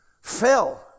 Fell